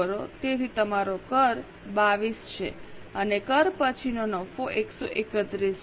તેથી તમારો કર 22 છે અને કર પછીનો નફો 131 છે